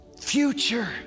future